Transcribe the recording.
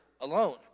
alone